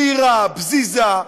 מהירה, פזיזה,